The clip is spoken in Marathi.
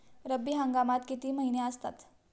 रब्बी हंगामात किती महिने असतात?